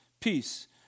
peace